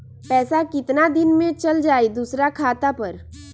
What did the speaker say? पैसा कितना दिन में चल जाई दुसर खाता पर?